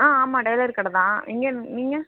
ஆ ஆமாம் டெய்லர் கடை தான் எங்கேயிருந்து நீங்கள்